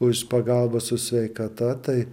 už pagalbą su sveikata tai